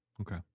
Okay